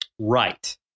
right